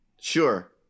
Sure